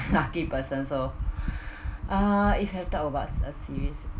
lucky person so uh you have talked about a series